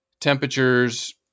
temperatures